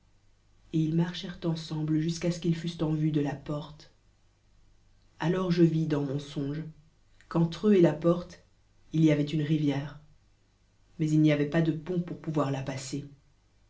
et ils marchèrent ensemble jusqu'à ce qu'ils fussent en vue de la porte alors je vis dans monsongeqn'en'r'eux et la porte il y avait une rivière mais il n'y avait pas de pont pour pouvoir la passer